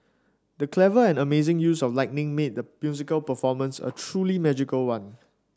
the clever and amazing use of lighting made the musical performance a truly magical one